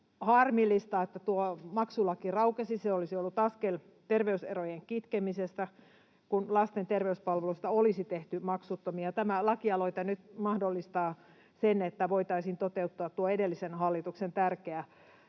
harmillista, että tuo maksulaki raukesi. Se olisi ollut askel terveyserojen kitkemisessä, kun lasten terveyspalveluista olisi tehty maksuttomia. Tämä lakialoite nyt mahdollistaa sen, että voitaisiin toteuttaa tuo edellisen hallituksen tärkeä